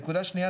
נקודה שנייה,